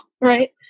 right